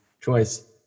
choice